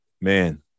man